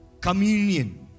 Communion